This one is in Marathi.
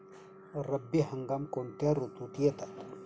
रब्बी हंगाम कोणत्या ऋतूत येतात?